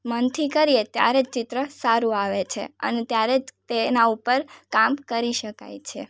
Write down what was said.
મનથી કરીએ ત્યારે જ ચિત્ર સારું આવે છે અને ત્યારે જ તે એનાં ઉપર કામ કરી શકાય છે